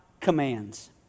commands